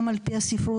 גם על פי הספרות,